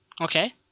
Okay